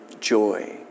joy